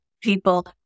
people